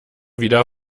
wieder